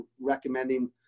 recommending